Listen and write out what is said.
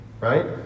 right